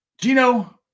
Gino